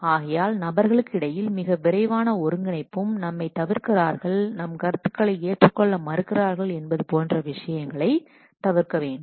ஆகையால் நபர்களுக்கு இடையில் மிக விரைவான ஒருங்கிணைப்பும் நம்மை தவிர்க்கிறார்கள் நம் கருத்துக்களை ஏற்றுக்கொள்ள மறுக்கிறார்கள் என்பது போன்ற விஷயங்களை தவிர்க்க வேண்டும்